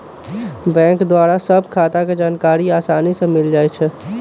bank द्वारा सभ खता के जानकारी असानी से मिल जाइ छइ